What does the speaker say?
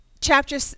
Chapter